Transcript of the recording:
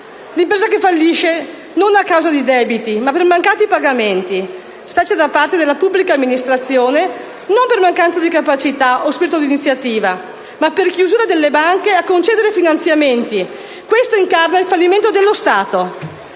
L'impresa che fallisce, non a causa di debiti ma per mancati pagamenti, specie da parte della pubblica amministrazione, non per mancanza di capacità o di spirito di iniziativa, ma per chiusura delle banche a concedere finanziamenti, incarna il fallimento dello Stato.